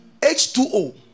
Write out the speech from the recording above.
H2O